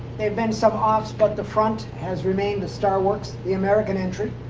been some offs. but the front has remained the starworks, the american entry,